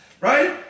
right